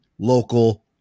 Local